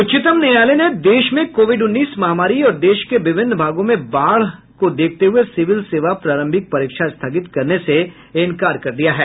उच्चतम न्यायालय ने देश में कोविड उन्नीस महामारी और देश के विभिन्न भागों में बाढ़ को देखते हुए सिविल सेवा प्रारंभिक परीक्षा स्थगित करने से इन्कार कर दिया है